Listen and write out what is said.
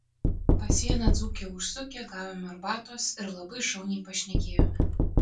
pas vieną dzūkę užsukę gavome arbatos ir labai šauniai pašnekėjome